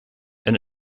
and